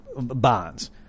bonds